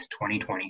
2020